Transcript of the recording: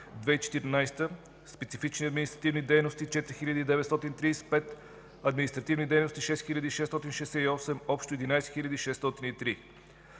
2014 г., специфични административни дейности – 4935; административни дейности – 6668; общо – 11 603.